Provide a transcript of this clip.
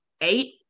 eight